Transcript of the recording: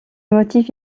motif